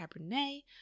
Cabernet